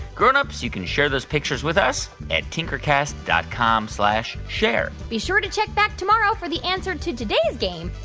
grown-ups, you can share those pictures with us at tinkercast dot com share share be sure to check back tomorrow for the answer to today's game.